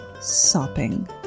sopping